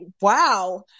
wow